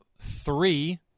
three